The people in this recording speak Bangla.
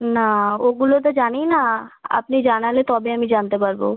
না ওগুলো তো জানি না আপনি জানালে তবে আমি জানতে পারবো